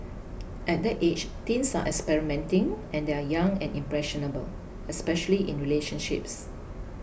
at that age teens are experimenting and they are young and impressionable especially in relationships